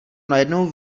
najednou